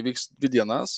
vyks dvi dienas